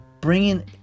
bringing